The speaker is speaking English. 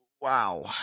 Wow